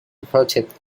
approached